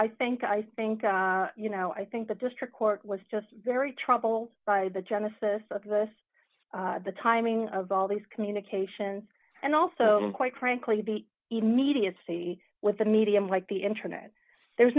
i think i think i you know i think the district court was just very troubled by the genesis of this the timing of all these communications and also quite frankly the immediacy with the medium like the internet there's